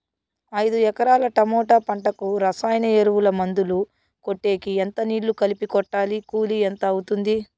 ఐదు ఎకరాల టమోటా పంటకు రసాయన ఎరువుల, మందులు కొట్టేకి ఎంత నీళ్లు కలిపి కొట్టాలి? కూలీ ఎంత అవుతుంది?